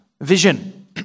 vision